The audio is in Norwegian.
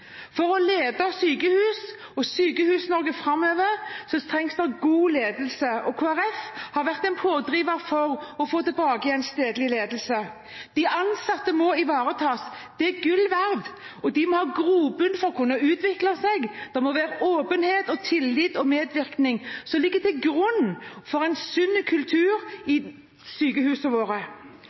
For å lede sykehusene og Sykehus-Norge framover trengs det god ledelse, og Kristelig Folkeparti har vært en pådriver for å få tilbake en stedlig ledelse. De ansatte må ivaretas, de er gull verd, og de må ha grobunn for å kunne utvikle seg. Det må være åpenhet og tillit og medvirkning som ligger til grunn for en sunn kultur i sykehusene våre.